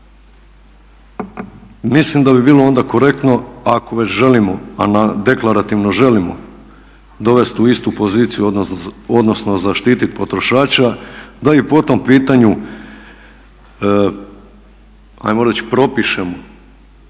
Mislim da bi bilo onda korektno ako već želimo, a deklarativno želimo dovest u istu poziciju odnosno zaštitit potrošača da i po tom pitanju ajmo reći propišemo